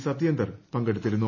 സത്യേന്ദർ പങ്കെടുത്തിരുന്നു